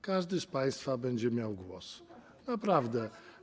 Każdy z państwa będzie miał głos, naprawdę.